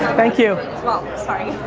thank you. as well, sorry.